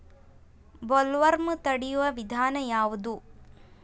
Bollworm ತಡಿಯು ವಿಧಾನ ಯಾವ್ದು?